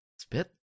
Spit